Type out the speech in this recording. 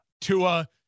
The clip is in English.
Tua